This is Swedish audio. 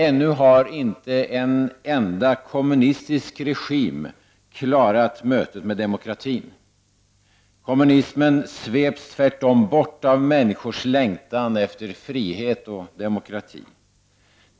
Ännu har inte en enda kommunistisk regim klarat mötet med demokratin. Kommunismen sveps tvärtom bort av människors längtan efter frihet och demokrati.